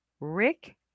Rick